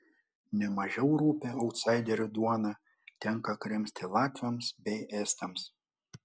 ne mažiau rupią autsaiderių duoną tenka krimsti latviams bei estams